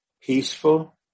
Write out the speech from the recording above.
Peaceful